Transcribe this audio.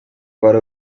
para